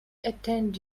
attend